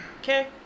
Okay